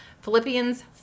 Philippians